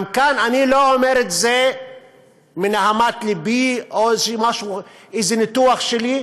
גם כאן אני לא אומר את זה מנהמת לבי או שזה איזה ניתוח שלי,